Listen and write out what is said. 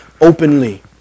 openly